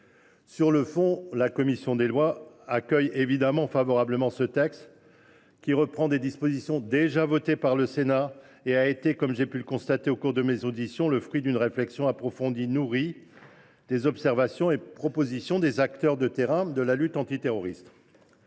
Sur le fond, la commission des lois accueille favorablement ce texte, qui reprend des dispositions déjà votées par le Sénat. Il est, comme j’ai pu le constater au cours de mes auditions, le fruit d’une réflexion approfondie, nourrie des observations et des propositions des acteurs de terrain de la lutte antiterroriste.